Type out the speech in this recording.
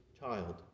child